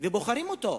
ובוחרים אותו.